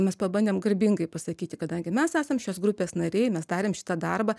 mes pabandėm garbingai pasakyti kadangi mes esam šios grupės nariai mes darėm šitą darbą